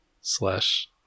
slash